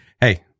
Hey